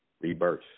rebirth